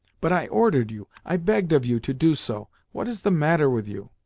but i ordered you, i begged of you, to do so. what is the matter with you?